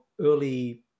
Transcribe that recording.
early